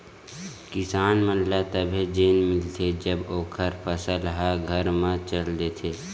किसान मन ल तभे चेन मिलथे जब ओखर फसल ह घर म चल देथे